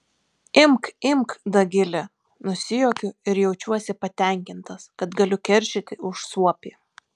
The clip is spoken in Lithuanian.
imk imk dagili nusijuokiu ir jaučiuosi patenkintas kad galiu keršyti už suopį